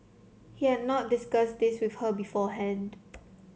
he had not discussed this with her beforehand